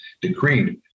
decreed